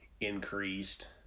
increased